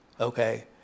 okay